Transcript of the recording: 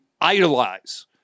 idolize